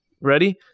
Ready